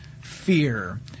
fear